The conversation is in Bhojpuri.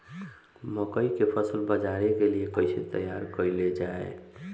मकई के फसल बाजार के लिए कइसे तैयार कईले जाए?